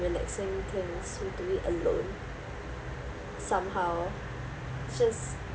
relaxing can still do it alone somehow just